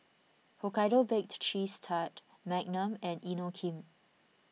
Hokkaido Baked Cheese Tart Magnum and Inokim